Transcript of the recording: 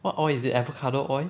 what oil is it avocado oil